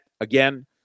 again